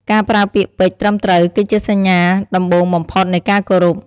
ការប្រើពាក្យពេចន៍ត្រឹមត្រូវ គឺជាសញ្ញាដំបូងបំផុតនៃការគោរព។